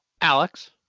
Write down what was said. Alex